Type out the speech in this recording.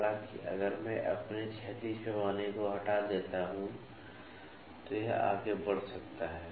हालांकि अगर मैं अपने क्षैतिज पैमाने को हटा देता हूं तो यह आगे बढ़ सकता है